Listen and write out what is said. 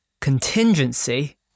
Contingency